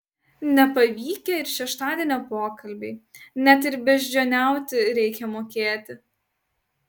nepavykę ir šeštadienio pokalbiai net ir beždžioniauti reikia mokėti